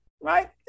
right